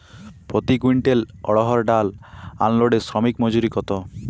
প্রতি কুইন্টল অড়হর ডাল আনলোডে শ্রমিক মজুরি কত?